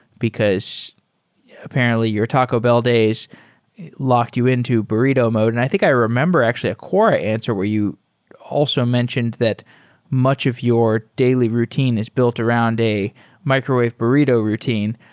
because apparently your taco bell days locked you into burrito mode. and i think i remember actually a core answer where you also mentioned that much of your daily routine is built around a microwave burrito routine.